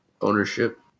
ownership